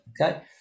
Okay